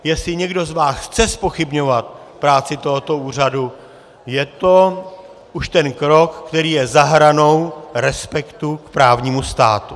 Jestli někdo z vás chce zpochybňovat práci tohoto úřadu, je to už ten krok, který je za hranou respektu k právnímu státu.